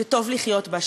שטוב לחיות בה,